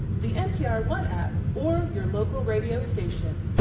the npr one app or your local radio station.